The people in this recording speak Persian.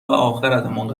آخرتمان